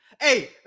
hey